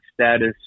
status